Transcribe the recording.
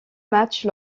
match